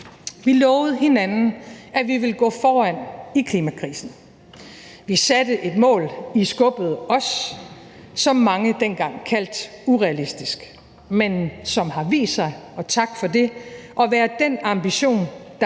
Vi lovede hinanden, at vi ville gå foran i klimakrisen. Vi satte et mål, og I skubbede os. Det var et mål, som mange dengang kaldte urealistisk, men som har vist sig – og tak for det – at være den ambition, der